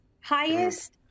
highest